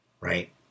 right